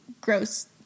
gross